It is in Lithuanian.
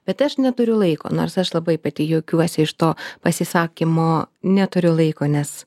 bet aš neturiu laiko nors aš labai pati juokiuosi iš to pasisakymo neturiu laiko nes